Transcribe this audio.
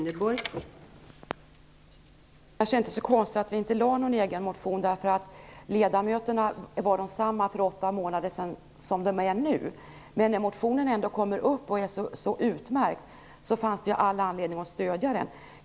Fru talman! Det är kanske inte så konstigt att vi inte lade fram någon egen motion, med tanke på att ledamöterna var desamma för 20 månader sedan som de är nu. Men när motionen ändå kom upp och var så utmärkt fanns det ju all anledning att stödja den.